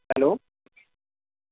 hello